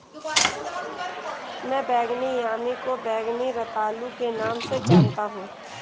मैं बैंगनी यामी को बैंगनी रतालू के नाम से जानता हूं